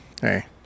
hey